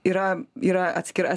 yra yra atskira